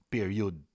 Period